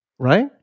Right